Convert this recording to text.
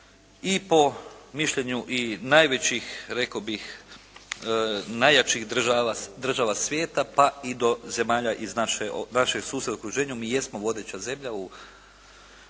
i po mišljenju najvećih rekao bih najjačih država svijeta, pa i do zemalja iz našeg susjednog okruženja. Mi jesmo vodeća zemlja u